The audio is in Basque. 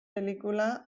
pelikula